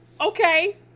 Okay